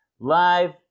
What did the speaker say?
live